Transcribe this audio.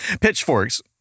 pitchforks